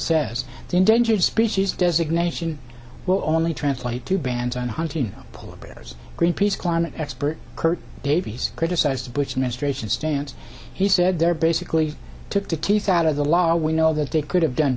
the endangered species designation will only translate to bans on hunting polar bears greenpeace climate expert kurt davies criticized the bush administration's stance he said there basically took the teeth out of the law we know that they could have done